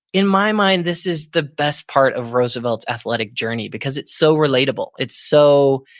in my mind this is the best part of roosevelt's athletic journey because it's so relatable. it's so,